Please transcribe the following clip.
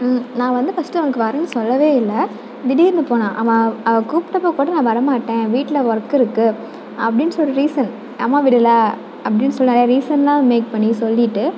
நான் வந்து ஃபர்ஸ்ட்டு அவளுக்கு வரேன் சொல்லவே இல்லை திடீரெனு போனேன் அவள் அவள் கூப்பிட்டப்ப கூட நான் வர மாட்டேன் வீட்டில் ஒர்க் இருக்குது அப்படின்ஸ் ஒரு ரீசன் அம்மா விடலை அப்படின் சொல் நிறையா ரீசனெலாம் மேக் பண்ணி சொல்லிட்டு